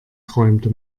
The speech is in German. räumte